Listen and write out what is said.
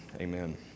Amen